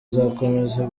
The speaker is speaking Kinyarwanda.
nzakomeza